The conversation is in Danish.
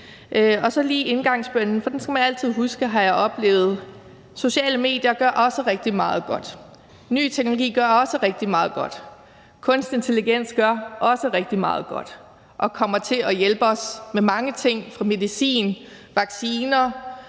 er der lige indgangsbønnen, for den skal man altid huske, har jeg oplevet. Sociale medier gør også rigtig meget godt. Ny teknologi gør også rigtig meget godt. Kunstig intelligens gør også rigtig meget godt og kommer til at hjælpe os med mange ting fra medicin og vacciner